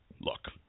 look